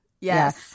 Yes